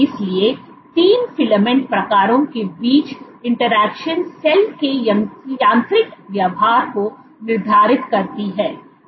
इसलिए 3 फिलामेंट प्रकारों के बीच इंटरेक्शन सेल के यांत्रिक व्यवहार को निर्धारित करती है